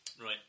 Right